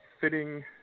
fitting